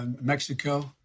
Mexico